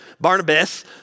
Barnabas